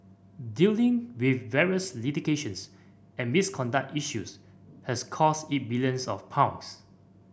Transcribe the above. dealing with various litigations and misconduct issues has cost it billions of pounds